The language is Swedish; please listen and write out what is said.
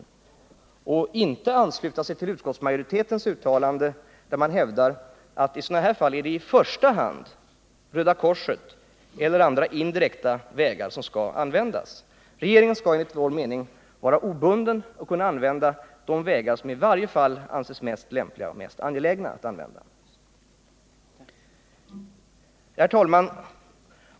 Man bör inte ansluta sig till utskottsmajoritetens uttalande, där det hävdas att det i sådana här fall i första hand är Röda korset som skall agera eller att man skall använda sig av andra, indirekta vägar. Regeringen skall enligt vår mening vara obunden att använda de vägar som anses mest lämpliga och angelägna. Herr talman!